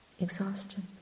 exhaustion